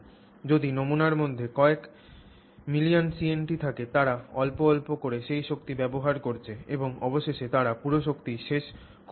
যদি নমুনার মধ্যে কয়েক মিলিয়ন CNT থাকে তারা অল্প অল্প করে সেই শক্তি ব্যবহার করছে এবং অবশেষে তারা পুরো শক্তি শেষ করে দেয়